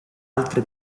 altre